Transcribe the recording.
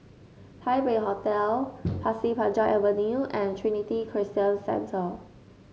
Taipei Hotel Pasir Panjang Avenue and Trinity Christian Centre